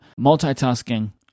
multitasking